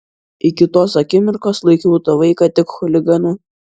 iki tos akimirkos laikiau tą vaiką tik chuliganu